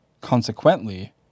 consequently